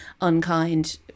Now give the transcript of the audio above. unkind